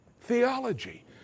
theology